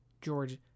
George